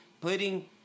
Putting